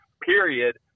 period